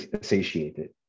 satiated